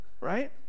right